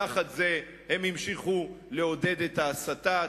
תחת זה הם המשיכו לעודד את ההסתה,